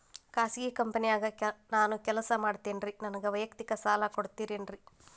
ಖಾಸಗಿ ಕಂಪನ್ಯಾಗ ನಾನು ಕೆಲಸ ಮಾಡ್ತೇನ್ರಿ, ನನಗ ವೈಯಕ್ತಿಕ ಸಾಲ ಕೊಡ್ತೇರೇನ್ರಿ?